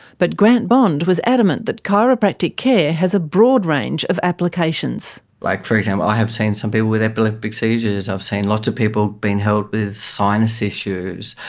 but grant bond was adamant that chiropractic care has a broad range of applications. like, for example, i have seen some people with epileptic seizures, i've seen lots of people being helped with sinus issues,